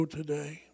today